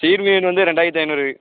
சீர் மீன் வந்து ரெண்டாயரத்தி ஐநூறு